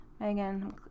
Megan